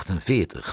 1948